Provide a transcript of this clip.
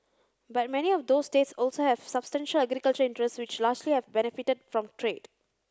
but many of those states also have substantial agricultural interests which largely have benefited from trade